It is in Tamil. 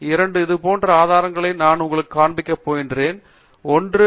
இரண்டு இது போன்ற ஆதாரங்கள் நான் உங்களுக்கு காண்பிக்க போகிறேன் ஒன்று தாம்சன் ஐ